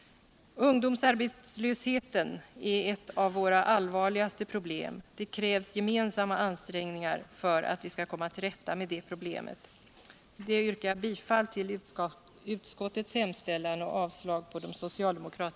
Ungdomsarbetslösheten är ett av våra allvarligaste problem. Det krävs gemensamma ansträngningar för att komma ull rätta med det problemet.